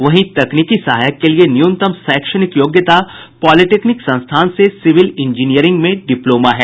वहीं तकनीकी सहायक के लिए न्यूनतम शैक्षणिक योग्यता पॉलिटेक्निक संस्थान से सिविल इंजीनियरिंग में डिप्लोमा है